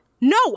No